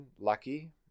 lucky